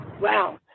wow